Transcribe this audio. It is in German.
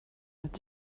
mit